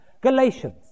Galatians